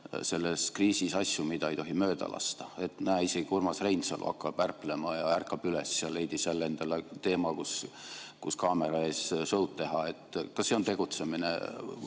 selles kriisis asju, mida ei tohi mööda lasta. Näe, isegi Urmas Reinsalu hakkab ärplema ja ärkab üles ja leidis jälle endale teema, kus kaamera ees sõud teha. Ka see on tegutsemine, kui